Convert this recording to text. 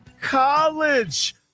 college